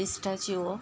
pistachio